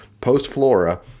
post-Flora